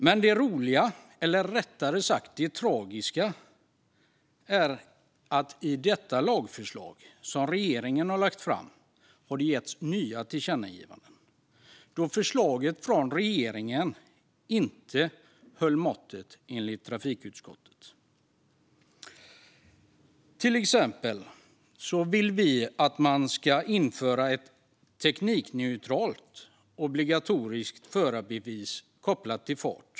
Men det roliga - eller rättare sagt det tragiska - är att på det lagförslag som regeringen har lagt fram har det getts nya tillkännagivanden, då förslaget från regeringen enligt trafikutskottet inte höll måttet. Vi vill till exempel att man ska införa ett teknikneutralt obligatoriskt förarbevis kopplat till fart.